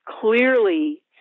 clearly